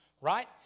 Right